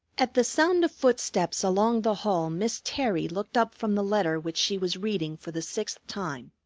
at the sound of footsteps along the hall miss terry looked up from the letter which she was reading for the sixth time.